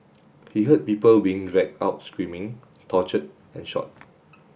he heard people being dragged out screaming tortured and shot